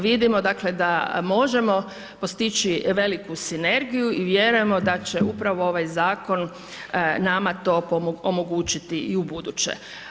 Vidimo, dakle, da možemo postići veliku sinergiju i vjerujemo da će upravo ovaj Zakon nama to omogućiti i ubuduće.